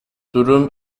durum